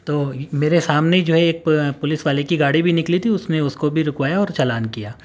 تو میرے سامنے ہی جو ہے ایک پولیس والے کی گاڑی بھی نکلی تھی اس نے اس کو بھی رکوایا اور چلان کیا